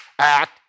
act